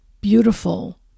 beautiful